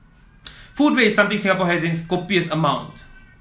food waste is something Singapore has in copious amount